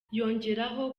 yongeraho